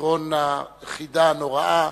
לפתרון החידה הנוראה.